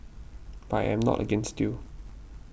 but I am not against you